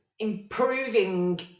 improving